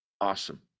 Awesome